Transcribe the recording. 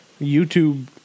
YouTube